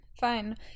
fine